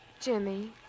Jimmy